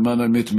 למען האמת,